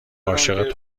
عاشق